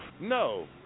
No